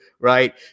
right